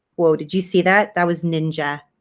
whoa! did you see that? that was ninja.